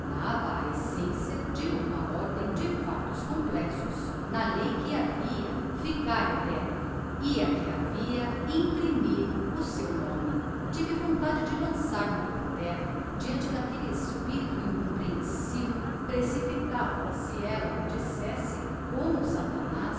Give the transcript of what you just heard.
a essencia de uma ordem de factos complexos na lei que havia ficar eterna e a que havia imprimir o seu nome tive vontade de lançar-me por terra diante d'aquelle espirito incomprehensivel precipitava me se ella me dissesse como satanaz